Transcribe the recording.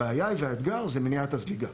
הבעיה והאתגר הם מניעת הזליגה.